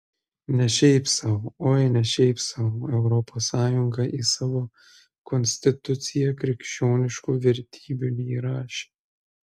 ne šiaip sau oi ne šiaip sau europos sąjunga į savo konstituciją krikščioniškų vertybių neįrašė